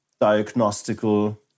diagnostical